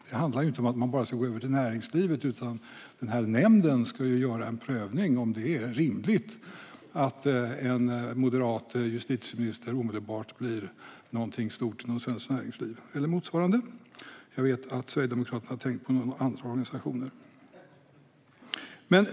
Det handlar ju inte om att man bara ska kunna gå över till näringslivet, utan den här nämnden ska pröva om det är rimligt att till exempel en moderat justitieminister omedelbart blir någonting stort inom Svenskt Näringsliv eller motsvarande. Jag vet att Sverigedemokraterna har tänkt på några andra organisationer.